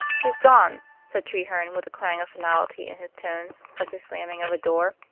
he's gone, said treherne, with a clang of finality in his tones, like the slamming of a door.